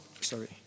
sorry